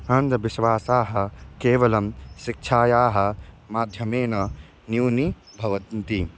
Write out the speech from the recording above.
अन्धविश्वासाः केवलं शिक्षायाः माध्यमेन न्यूनी भवन्ति